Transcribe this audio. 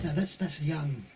that's that's a young.